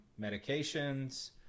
medications